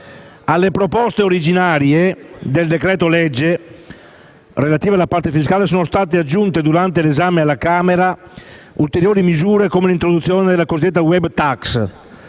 Alle proposte originarie del decreto-legge relative alla parte fiscale sono state aggiunte durante l'esame alla Camera ulteriori misure come l'introduzione della cosiddetta *web tax*,